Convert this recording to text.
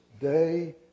day